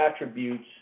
attributes